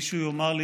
מישהו יאמר לי,